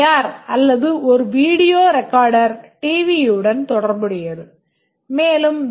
R அல்லது ஒரு video recorder டிவியுடன் தொடர்புடையது மேலும் வி